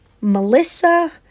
Melissa